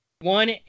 one